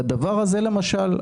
הדבר הזה למשל,